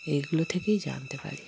এগুলো থেকেই জানতে পারি